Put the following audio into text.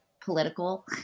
political